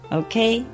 okay